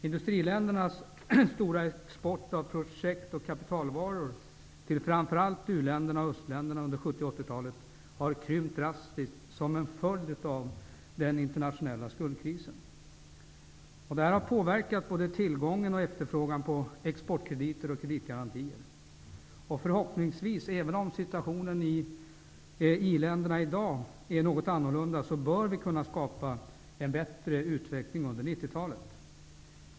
Industriländernas stora export av projekt och kapitalvaror, särskilt till u-länderna och östländerna, har krympt drastiskt som en följd av den internationella skuldkrisen. Detta har påverkat både tillgången och efterfrågan på exportkrediter och kreditgarantier. Förhoppningsvis, även om situationen i i-länderna i dag är något annorlunda, bör vi kunna skapa en bättre utveckling på 90-talet.